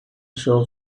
shop